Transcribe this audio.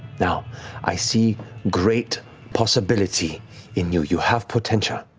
now i see great possibility in you, you have potential.